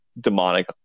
demonic